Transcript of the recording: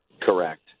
Correct